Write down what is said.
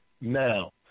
now